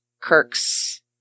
Kirk's